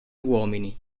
uomini